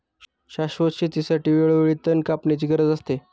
शाश्वत शेतीसाठी वेळोवेळी तण कापण्याची गरज आहे